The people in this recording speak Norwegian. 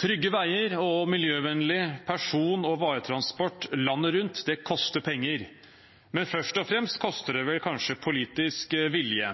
Trygge veier og miljøvennlig person- og varetransport landet rundt koster penger, men først og fremst koster det kanskje politisk vilje.